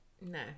No